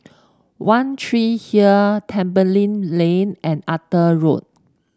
One Tree Hill Tembeling Lane and Arthur Road